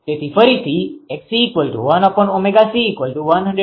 તેથી ફરીથી 𝑋𝐶1𝜔𝐶102